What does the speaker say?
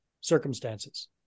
circumstances